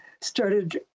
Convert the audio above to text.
started